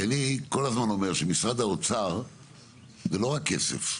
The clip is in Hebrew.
אני כל הזמן אומר שמשרד האוצר זה לא רק כסף,